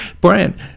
Brian